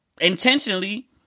intentionally